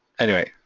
anyway,